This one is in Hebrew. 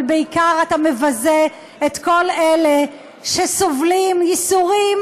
אבל בעיקר אתה מבזה את כל אלה שסובלים ייסורים